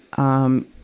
um,